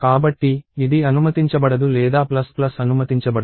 కాబట్టి ఇది అనుమతించబడదు లేదా ప్లస్ ప్లస్ అనుమతించబడదు